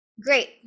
great